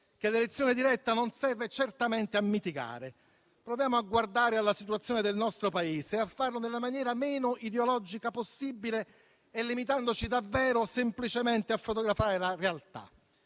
che l'elezione diretta non serve certamente a mitigare. Proviamo a guardare alla situazione del nostro Paese e a farlo nella maniera meno ideologica possibile, limitandoci davvero semplicemente a fotografare la realtà.